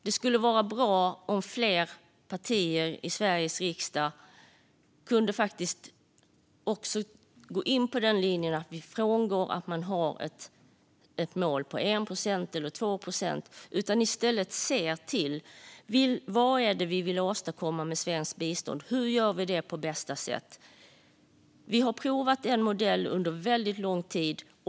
Det skulle vara bra om fler partier i Sveriges riksdag följde linjen att frångå att vi har ett mål på 1 procent eller 2 procent och i stället ser på vad vi vill åstadkomma med svenskt bistånd och hur vi gör det på bästa sätt. Vi har provat en modell under väldigt lång tid.